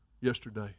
yesterday